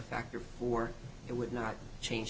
factor or it would not change